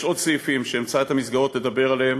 יש עוד סעיפים שאמצא את המסגרות לדבר עליהם,